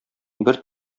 бер